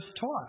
taught